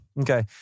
Okay